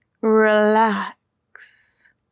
relax